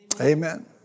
Amen